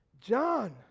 John